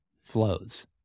flows